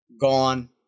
Gone